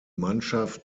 mannschaft